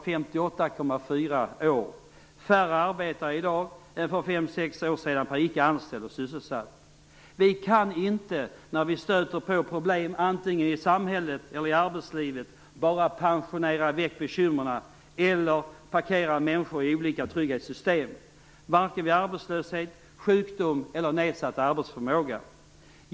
Färre arbetar i dag än för fem-sex år sedan per icke anställd/sysselsatt. När man stöter på problem i samhället eller i arbetslivet kan man inte bara pensionera väck bekymren eller "parkera" människor i olika trygghetssystem, vare sig de är arbetslösa, sjuka eller har nedsatt arbetsförmåga.